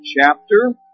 chapter